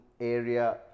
area